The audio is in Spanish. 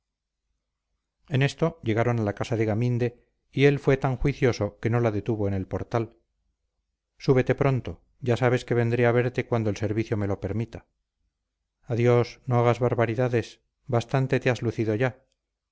en esto llegaron a la casa de gaminde y él fue tan juicioso que no la detuvo en el portal súbete pronto ya sabes que vendré a verte cuando el servicio me lo permita adiós no hagas barbaridades bastante te has lucido ya